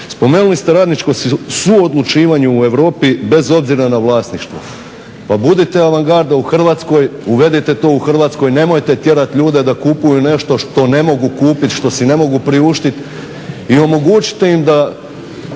Spomenuli ste radničko suodlučivanje u Europi bez obzira na vlasništvo. Pa budite avangarda u Hrvatskoj, uvedite to u Hrvatskoj, nemojte tjerati ljude da kupuju nešto što ne mogu kupiti, što si ne mogu priuštiti i omogućite im da